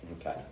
Okay